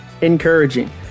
encouraging